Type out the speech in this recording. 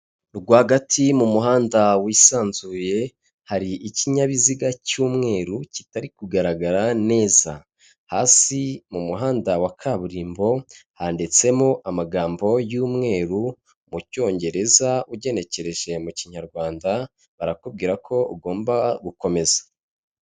Rwagati mu muhanda wisanzuye hari ikinyabiziga cy'umweru kitari kugaragara neza, hasi mu muhanda wa kaburimbo handitsemo amagambo y'umweru mu cyongereza ugenekereje mu kinyarwanda barakubwira ko ugomba gukomeza.